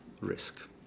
risk